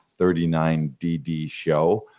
39DDshow